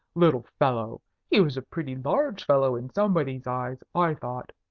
little fellow! he was a pretty large fellow in somebody's eyes, i thought.